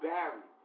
Barry